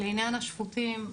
לעניין השפוטים,